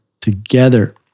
together